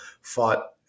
fought